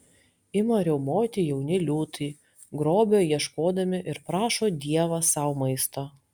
ima riaumoti jauni liūtai grobio ieškodami ir prašo dievą sau maisto